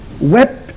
wept